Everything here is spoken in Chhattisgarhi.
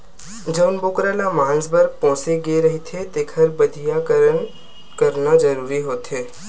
जउन बोकरा ल मांस बर पोसे गे रहिथे तेखर बधियाकरन करना जरूरी होथे